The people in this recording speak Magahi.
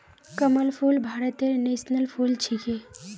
कमल फूल भारतेर नेशनल फुल छिके